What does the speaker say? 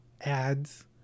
ads